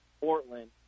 Portland